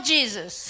Jesus